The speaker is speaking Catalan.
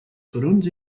turons